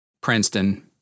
Princeton